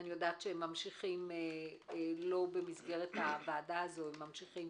אני יודעת שממשיכים לא במסגרת הוועדה הזו, ממשיכים